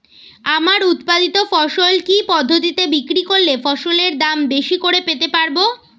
আমার উৎপাদিত ফসল কি পদ্ধতিতে বিক্রি করলে ফসলের দাম বেশি করে পেতে পারবো?